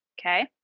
Okay